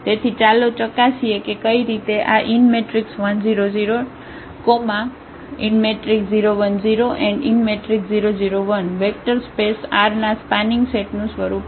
તેથી ચાલો ચકાસીએ કે કઈ રીતે આ 1 0 0 0 1 0 0 0 1 વેક્ટર સ્પેસ R ના સ્પાનિંગ સેટ નું સ્વરૂપ છે